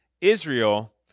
Israel